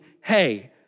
hey